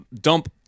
dump